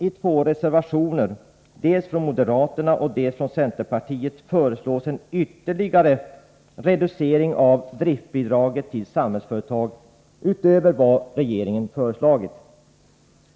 I två reservationer, dels från moderaterna, dels från centerpartiet, föreslås en ytterligare reducering av driftbidraget till Samhällsföretag, utöver vad regeringen har föreslagit.